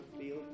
feel